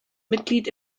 mitglied